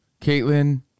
Caitlin